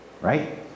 right